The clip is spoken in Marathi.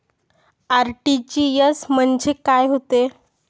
आर.टी.जी.एस म्हंजे काय होते?